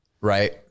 Right